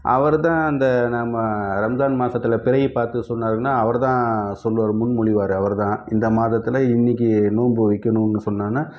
அவர்தான் அந்த நம்ம ரம்ஜான் மாசத்தில் பிறை பார்த்து சொன்னாருன்னால் அவர்தான் சொல்வார் முன்மொழிவார் அவர்தான் இந்த மாதத்தில் இன்றைக்கி நோன்பு வைக்கணும்னு சொன்னாருன்னால்